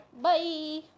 Bye